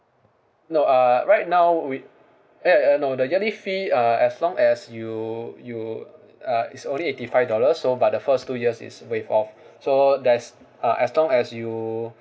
no uh right now with eh eh no the yearly fee uh as long as you you uh it's only eighty five dollar so but the first two years is waive off so there's uh as long as you